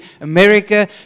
America